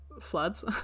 floods